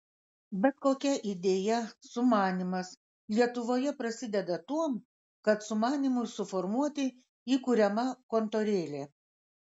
bet kokia idėja sumanymas lietuvoje prasideda tuom kad sumanymui suformuoti įkuriama kontorėlė